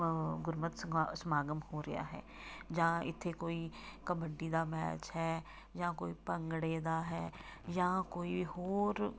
ਗੁਰਮਤਿ ਸਗਾ ਸਮਾਗਮ ਹੋ ਰਿਹਾ ਹੈ ਜਾਂ ਇੱਥੇ ਕੋਈ ਕਬੱਡੀ ਦਾ ਮੈਚ ਹੈ ਜਾਂ ਕੋਈ ਭੰਗੜੇ ਦਾ ਹੈ ਜਾਂ ਕੋਈ ਹੋਰ